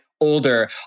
older